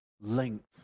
linked